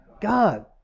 God